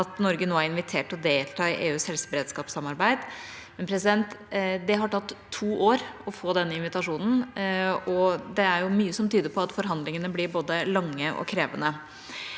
Norge nå er invitert til å delta i EUs helseberedskapssamarbeid. Det har tatt to år å få den invitasjonen, og det er mye som tyder på at forhandlingene blir både lange og krevende.